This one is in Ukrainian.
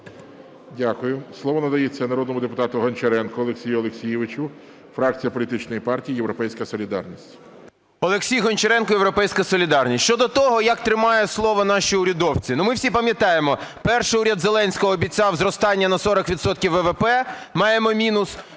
Дякую. Слово надається народному депутату Гончаренку Олексію Олексійовичу, фракція політичної партії "Європейська солідарність". 11:37:33 ГОНЧАРЕНКО О.О. Олексій Гончаренко, "Європейська солідарність". Щодо того, як тримають слово наші урядовці. Ми всі пам'ятаємо, перший уряд Зеленського обіцяв зростання на 40 відсотків ВВП – маємо мінус.